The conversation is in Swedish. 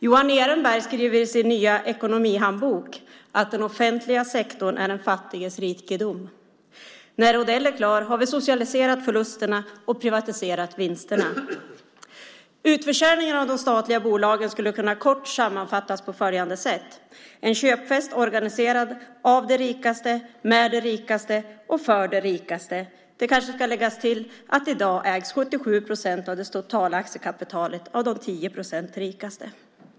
Johan Ehrenberg skriver i sin nya ekonomihandbok att den offentliga sektorn är den fattiges rikedom. När Odell är klar har vi socialiserat förlusterna och privatiserat vinsterna. Utförsäljningen av de statliga bolagen skulle kort kunna sammanfattas på följande sätt: En köpfest organiserad av de rikaste med de rikaste och för de rikaste. Det kanske ska läggas till att i dag ägs 77 procent av det totala aktiekapitalet av de 10 procenten rikaste.